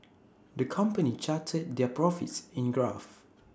the company charted their profits in graph